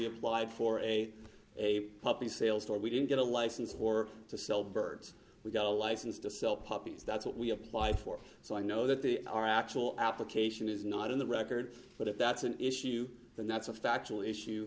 applied for a a puppy sales for we didn't get a license for to sell birds we got a license to sell puppies that's what we apply for so i know that there are actual application is not in the record but if that's an issue then that's a factual issue